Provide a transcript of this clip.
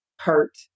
hurt